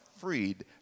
freed